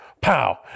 pow